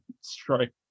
strike